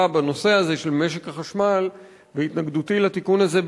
בנושא הזה של משק החשמל והתנגדותי לתיקון הזה במהותו,